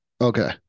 okay